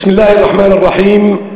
בסם אללה א-רחמאן א-רחים.